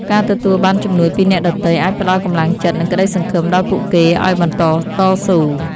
ការទទួលបានជំនួយពីអ្នកដទៃអាចផ្តល់កម្លាំងចិត្ត និងក្តីសង្ឃឹមដល់ពួកគេឱ្យបន្តតស៊ូ។